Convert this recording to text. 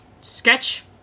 sketch